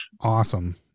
awesome